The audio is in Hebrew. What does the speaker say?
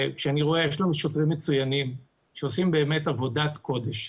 יש לנו שוטרים מצוינים שעושים עבודת קודש.